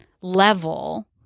level